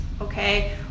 okay